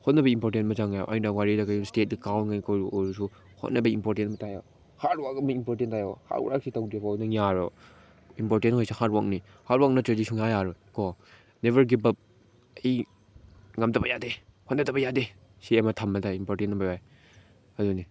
ꯍꯣꯠꯅꯕꯒꯤ ꯏꯝꯄꯣꯔꯇꯦꯟ ꯑꯃ ꯆꯪꯉꯦꯕ ꯑꯩꯅ ꯋꯥꯔꯤꯗ ꯑꯣꯏꯔꯁꯨ ꯍꯣꯠꯅꯕꯒꯤ ꯏꯝꯄꯣꯔꯇꯦꯟ ꯑꯃ ꯇꯥꯏꯌꯦꯕ ꯍꯥꯔꯠ ꯋꯥꯛ ꯑꯃ ꯏꯝꯄꯣꯔꯇꯦꯟ ꯇꯥꯏꯌꯦꯕ ꯍꯥꯔꯠ ꯋꯥꯛꯁꯤ ꯇꯧꯗ꯭ꯔꯤ ꯐꯥꯎ ꯅꯪ ꯌꯥꯔꯣꯏꯕ ꯏꯝꯄꯣꯔꯇꯦꯟ ꯑꯣꯏꯔꯤꯁꯤ ꯍꯥꯔꯠ ꯋꯥꯛꯅꯤ ꯍꯥꯔꯠ ꯋꯥꯛ ꯅꯠꯇ꯭ꯔꯗꯤ ꯁꯨꯡꯌꯥ ꯌꯥꯔꯣꯏꯀꯣ ꯅꯦꯕꯔ ꯒꯤꯞ ꯑꯞ ꯑꯩ ꯉꯝꯗꯕ ꯌꯥꯗꯦ ꯍꯣꯠꯅꯗꯕ ꯌꯥꯗꯦ ꯁꯤ ꯑꯃ ꯊꯝꯕꯗ ꯏꯝꯄꯣꯔꯇꯦꯟ ꯑꯣꯏ ꯑꯗꯨꯅꯤ